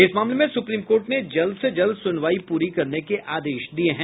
इस मामले में सुप्रीम कोर्ट ने जल्द से जल्द सुनवाई प्री करने के आदेश दिये हैं